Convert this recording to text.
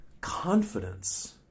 confidence